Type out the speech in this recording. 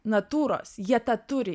natūros jie tą turi